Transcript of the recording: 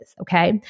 Okay